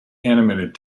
animated